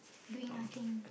doing nothing